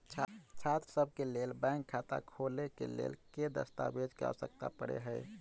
छात्रसभ केँ लेल बैंक खाता खोले केँ लेल केँ दस्तावेज केँ आवश्यकता पड़े हय?